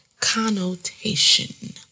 connotation